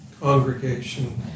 congregation